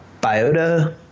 biota